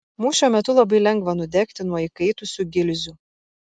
mūšio metu labai lengva nudegti nuo įkaitusių gilzių